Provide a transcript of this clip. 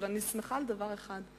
אבל אני שמחה על דבר אחד: